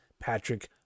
Patrick